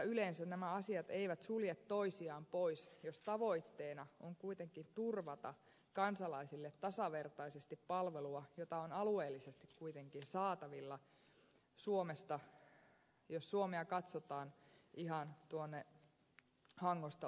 yleensä nämä asiat eivät sulje toisiaan pois jos tavoitteena on kuitenkin turvata kansalaisille tasavertaisesti palvelua jota on alueellisesti kuitenkin saatavilla suomesta jos suomea katsotaan ihan tuolta hangosta utsjoelle saakka